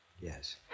Yes